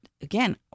again